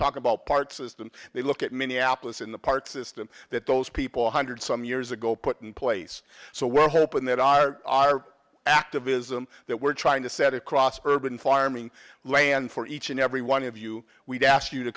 talk about park system they look at minneapolis in the park system that those people hundred some years ago put in place so we're hoping that our our activism that we're trying to set across bourbon farming land for each and every one of you we've asked you to